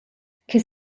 che